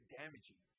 damaging